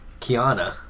Kiana